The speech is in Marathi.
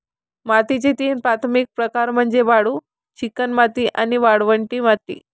मातीचे तीन प्राथमिक प्रकार म्हणजे वाळू, चिकणमाती आणि वाळवंटी माती